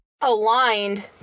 aligned